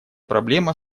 проблема